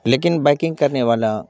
لیکن بائیکنگ کرنے والا